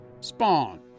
Spawn